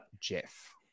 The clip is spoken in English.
Jeff